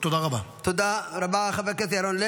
היו"ר משה סולומון: אתה לא אמור לשאול את זה מכאן.